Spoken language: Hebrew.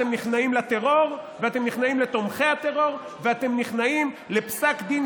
אתם נכנעים לטרור ואתם נכנעים לתומכי הטרור ואתם נכנעים לפסק דין